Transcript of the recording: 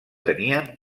tenien